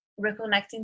reconnecting